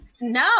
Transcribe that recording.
No